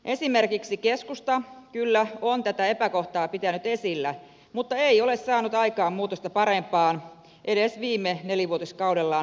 esimerkiksi keskusta kyllä on tätä epäkohtaa pitänyt esillä mutta ei ole saanut aikaan muutosta parempaan edes viime nelivuotiskaudellaan hallituksessa